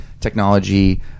technology –